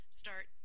start